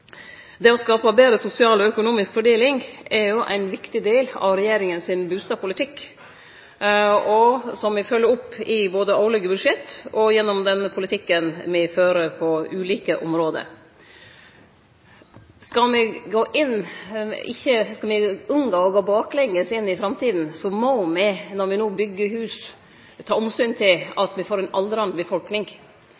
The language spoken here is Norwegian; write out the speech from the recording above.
Det å skape betre sosial og økonomisk fordeling er ein viktig del av regjeringa sin bustadpolitikk, som me følgjer opp i årlege budsjett og gjennom den politikken me fører på ulike område. Skal me unngå å gå baklenges inn i framtida, må me, når me no byggjer hus, ta omsyn til